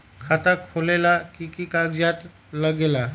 खाता खोलेला कि कि कागज़ात लगेला?